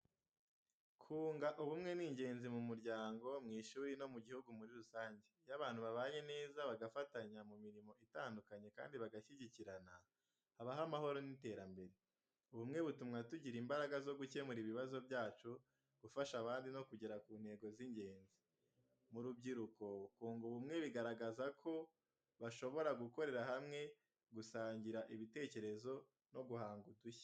Kunga ubumwe ni ingenzi mu muryango, mu ishuri no mu gihugu muri rusange. Iyo abantu babanye neza, bagafatanya mu mirimo itandukanye kandi bagashyigikirana, habaho amahoro n’iterambere. Ubumwe butuma tugira imbaraga zo gukemura ibibazo byacu, gufasha abandi no kugera ku ntego z’ingenzi. Mu rubyiruko, kunga ubumwe bigaragaza ko bashobora gukorera hamwe, gusangira ibitekerezo no guhanga udushya.